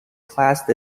classed